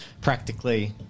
practically